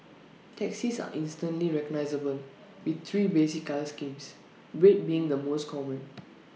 taxis are instantly recognisable with three basic colour schemes red being the most common